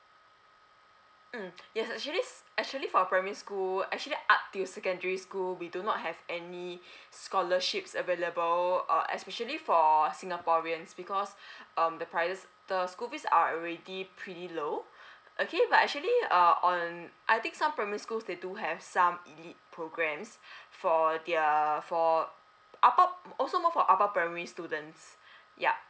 mm yes actually actually for primary school actually up till secondary school we do not have any scholarships available uh especially for singaporeans because um the prices the school fees are already pretty low okay but actually uh on I think some primary schools they do have some elite programmes for their for upper also more for upper primary students yup